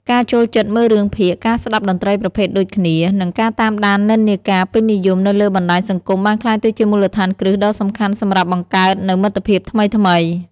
ការចូលចិត្តមើលរឿងភាគ ការស្តាប់តន្ត្រីប្រភេទដូចគ្នា និងការតាមដាននិន្នាការពេញនិយមនៅលើបណ្ដាញសង្គមបានក្លាយទៅជាមូលដ្ឋានគ្រឹះដ៏សំខាន់សម្រាប់បង្កើតនូវមិត្តភាពថ្មីៗ។